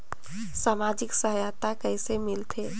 समाजिक सहायता कइसे मिलथे?